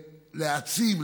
להעצים,